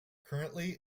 currently